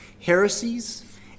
heresies